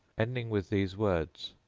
ending with these words,